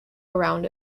around